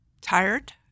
tired